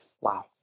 Wow